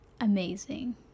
amazing